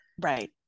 Right